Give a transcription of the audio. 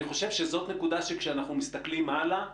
חושב שזאת נקודה שכשאנחנו מסתכלים הלאה,